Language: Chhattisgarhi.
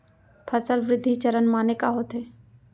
फसल वृद्धि चरण माने का होथे?